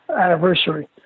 anniversary